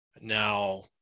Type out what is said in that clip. now